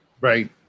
Right